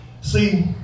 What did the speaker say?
See